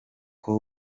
com